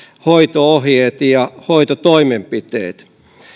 hoito ohjeet ja hoitotoimenpiteet